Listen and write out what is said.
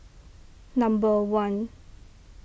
number one